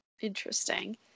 Interesting